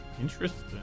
Interesting